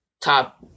top